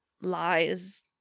lies